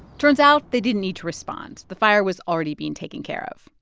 turns out they didn't need to respond the fire was already being taken care of.